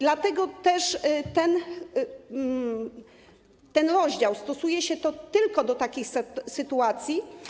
Dlatego też ten rozdział stosuje się tylko do takich sytuacji.